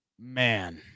man